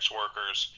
workers